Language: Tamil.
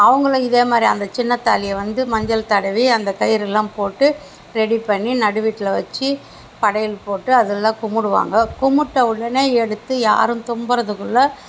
அவுங்களும் இதேமாதிரியே அந்த சின்ன தாலியை வந்து மஞ்சள் தடவி அந்த கயிறுலாம் போட்டு ரெடி பண்ணி நடுவீட்டில் வச்சு படையல் போட்டு அதலாம் கும்பிடுவாங்க கும்பிட்ட உடனே எடுத்து யாரும் தும்மறதுக்குள்ள